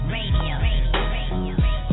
Radio